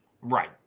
right